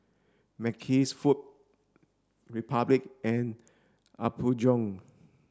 Mackays Food Republic and Apgujeong